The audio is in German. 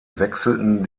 wechselten